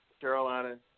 Carolina